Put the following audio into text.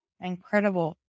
incredible